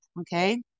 okay